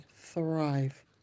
Thrive